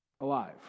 alive